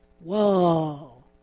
whoa